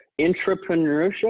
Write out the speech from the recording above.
Entrepreneurship